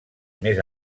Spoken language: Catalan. més